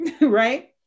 right